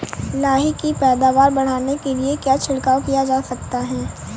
लाही की पैदावार बढ़ाने के लिए क्या छिड़काव किया जा सकता है?